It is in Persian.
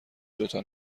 دوتا